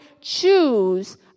choose